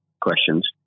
questions